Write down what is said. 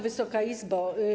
Wysoka Izbo!